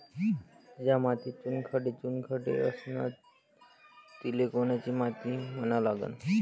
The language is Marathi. ज्या मातीत चुनखडे चुनखडे असन तिले कोनची माती म्हना लागन?